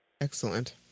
Excellent